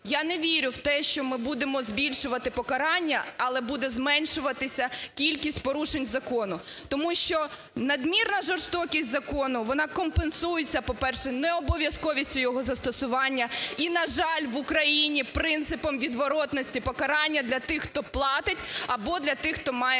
я не вірю в те, що ми будемо збільшувати покарання, але буде зменшуватися кількість порушень закону. Тому що надмірна жорстокість закону, вона компенсується, по-перше, необов'язковістю його застосування і, на жаль, в Україні – принципом відворотності покарання для тих, хто платить, або для тих, хто має